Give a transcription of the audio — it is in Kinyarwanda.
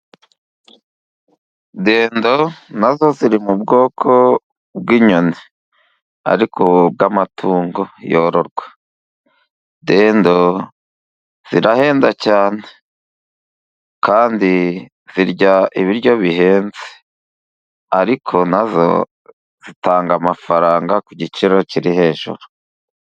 Dendo na zo ziri mu bwoko bw'inyoni ariko bw'amatungo yororwa, Dendo zirahenda cyane kandi zirya ibiryo bihenze, ariko na zo zitanga amafaranga ku giciro kiri hejuru.